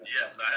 Yes